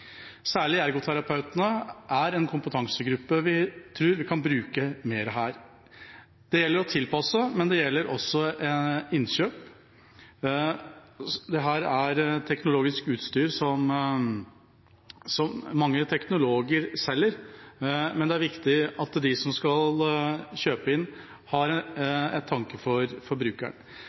Særlig ergoterapeutene er en kompetansegruppe vi tror kan brukes mer her. Det gjelder å tilpasse, men det gjelder også innkjøp. Dette er teknologisk utstyr som mange teknologer selger, men det er viktig at de som skal kjøpe inn,